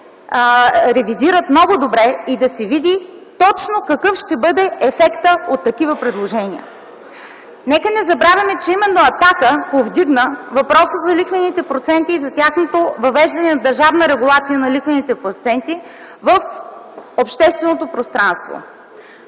да се реализират много добре и да се види точно какъв ще бъде ефектът от такива предложения. Нека не забравяме, че именно „Атака” повдигна въпроса за лихвените проценти и за въвеждането на държавна регулация на лихвените проценти в общественото пространство.